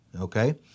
okay